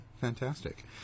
fantastic